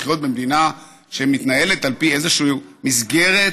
לחיות במדינה שמתנהלת על פי איזושהי מסגרת,